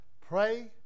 Pray